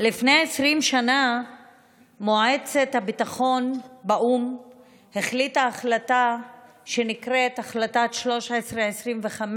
לפני 20 שנה מועצת הביטחון של האו"ם החליטה החלטה שנקראת החלטה 1325,